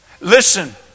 Listen